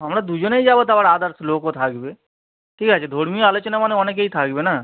আমরা দুজনেই যাবো তা আবার আদার্স লোকও থাকবে ঠিক আছে ধর্মীয় আলোচনা মানে অনেকেই থাকবে না